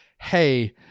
hey